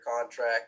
contract